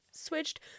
switched